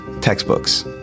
Textbooks